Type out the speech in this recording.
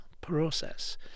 process